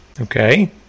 okay